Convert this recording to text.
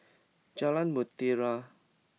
Jalan Mutiara